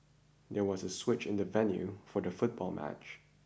there was a switch in the venue for the football match